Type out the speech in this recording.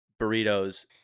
burritos